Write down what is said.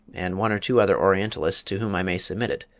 and one or two other orientalists to whom i may submit it,